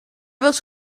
was